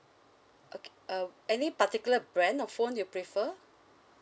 okay uh any particular brand of phone you prefer